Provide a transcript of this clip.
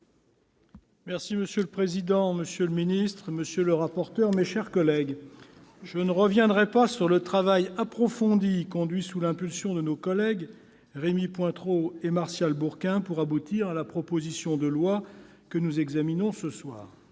Monsieur le président, monsieur le ministre, mes chers collègues, je ne reviendrai pas sur le travail approfondi conduit sous l'impulsion de nos collègues Rémy Pointereau et Martial Bourquin pour aboutir à la proposition de loi que nous examinons ce soir.